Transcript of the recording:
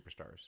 superstars